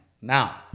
Now